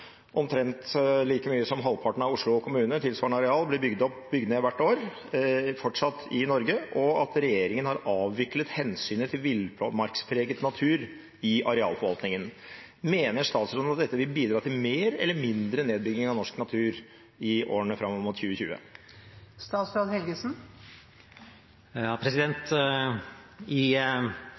omtrent like mye som halvparten av Oslo kommune – et tilsvarende areal – fortsatt blir bygd ned hvert år i Norge, og at regjeringen har avviklet hensynet til villmarkspreget natur i arealforvaltningen. Mener statsråden at dette vil bidra til mer eller til mindre nedbygging av norsk natur i årene framover mot 2020?